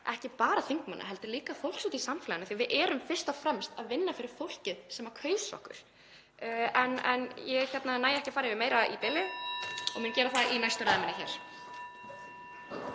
ekki bara þingmanna heldur líka fólks úti í samfélaginu því að við erum fyrst og fremst að vinna fyrir fólkið sem kaus okkur. Ég næ ekki að fara yfir meira í bili og mun gera það í næstu ræðu minni.